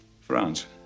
France